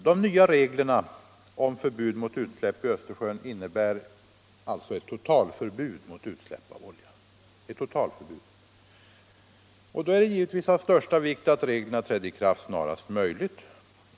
De nya reglerna om förbud mot utsläpp i Östersjön innebär alltså ett totalförbud mot utsläpp av olja. Det är givetvis av största vikt att reglerna träder i kraft snarast möjligt.